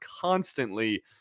constantly –